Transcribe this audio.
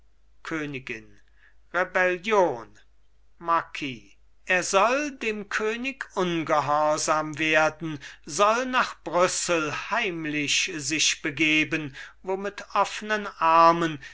königin rebellion marquis er soll dem könig ungehorsam werden soll nach brüssel heimlich sich begeben wo mit offnen armen